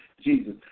Jesus